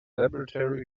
laboratory